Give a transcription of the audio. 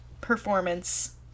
performance